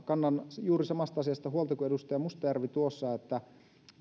kannan juuri samasta asiasta huolta kuin edustaja mustajärvi tuossa että